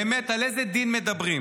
באמת, על איזה דין מדברים?